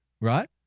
right